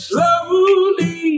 Slowly